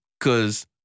Cause